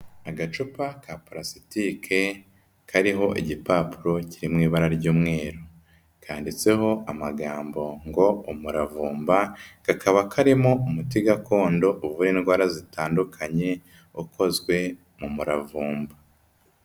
Agacupa ka palasitike, kariho igipapuro kiri mu ibara ry'umweru. Kanditseho amagambo ngo umuravumba, kakaba karimo umuti gakondo, uvura indwara zitandukanye, ukozwe mu muravumba.